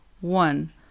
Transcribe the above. one